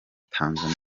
tanzania